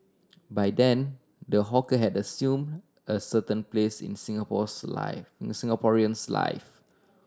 by then the hawker had assume a certain place in Singapore's life in Singaporean's life